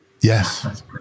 Yes